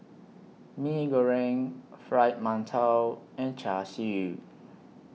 Mee Goreng Fried mantou and Char Siu